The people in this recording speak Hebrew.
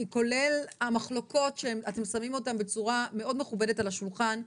כולל המחלוקות שאתם שמים אותן בצורה מאוד מכבדת על השולחן.